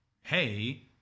hey